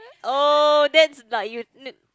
oh that's like you